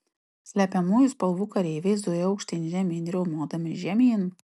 slepiamųjų spalvų kareiviai zuja aukštyn žemyn riaumodami žemyn